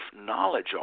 Knowledge